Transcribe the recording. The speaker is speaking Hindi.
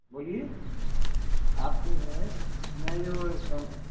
बोलिए आप जो है मेरे वो एक दम